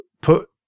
put